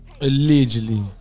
Allegedly